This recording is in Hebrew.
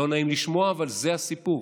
לא נעים לשמוע אבל זה הסיפור,